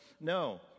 No